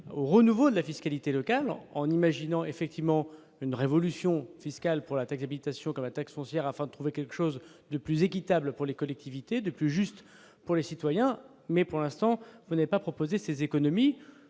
au renouveau de la fiscalité locale en imaginant effectivement une révolution fiscale pour la taxe habitation comme la taxe foncière afin de trouver quelque chose de plus équitable pour les collectivités de plus juste pour les citoyens, mais pour l'instant, on n'est pas proposé ces économies